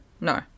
No